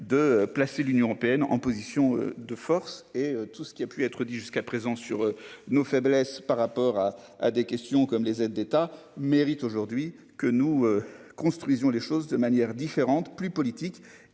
de placer l'Union européenne en position de force et tout ce qui a pu être dit jusqu'à présent sur nos faiblesses par rapport à, à des questions comme les aides d'État mérite aujourd'hui que nous construisions les choses de manière différente, plus politique